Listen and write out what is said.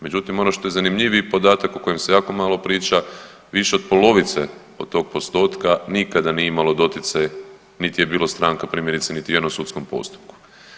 Međutim, ono što je zanimljiviji podatak o kojem se jako malo priča više od polovice od tog postotka nikada nije imalo doticaj niti je bilo stranka primjerice niti u jednom sudskom postupku.